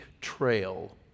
trail